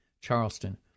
Charleston